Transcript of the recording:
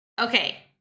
okay